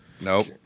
Nope